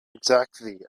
exactly